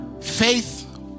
faith